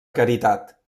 caritat